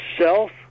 self